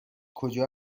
کجا